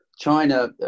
China